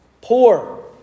poor